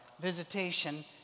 visitation